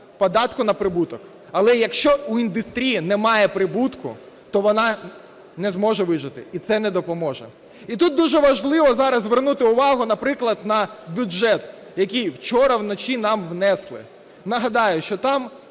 податку на прибуток, але якщо в індустрії немає прибутку, то вона не зможе вижити і це не допоможе. І тут дуже важливо зараз звернути увагу, наприклад, на бюджет, який вчора вночі нам внесли. Нагадаю, що там